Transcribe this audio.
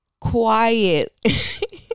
Quiet